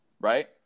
right